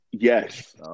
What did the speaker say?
Yes